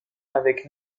avec